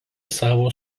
savo